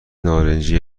نارنجی